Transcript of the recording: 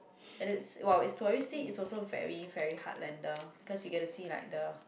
as it's while touristy but it's also very very heart lander because you get to see like the